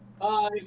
Hi